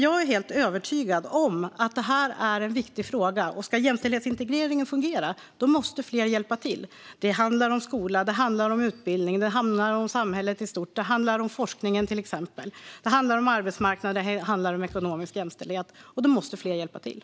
Jag är helt övertygad om att detta är en viktig fråga. Ska jämställdhetsintegreringen fungera måste fler hjälpa till. Det handlar till exempel om skola, om utbildning, om samhället i stort, om forskningen, om arbetsmarknaden och om ekonomisk jämställdhet. Då måste fler hjälpa till.